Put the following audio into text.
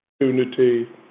opportunity